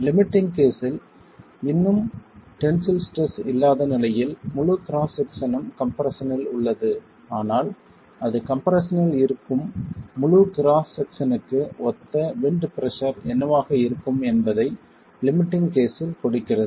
limiting கேஸ்சில் இன்னும் tensile stress இல்லாத நிலையில் முழு கிராஸ் செக்சனும் கம்ப்ரெஸ்ஸனில் உள்ளது ஆனால் அது கம்ப்ரெஸ்ஸனில் இருக்கும் முழு கிராஸ் செக்சனுக்கு ஒத்த விண்ட் பிரஷர் என்னவாக இருக்கும் என்பதைக் லிமிட்டிங் கேஸ்சில் கொடுக்கிறது